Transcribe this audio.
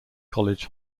college